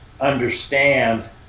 understand